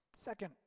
Second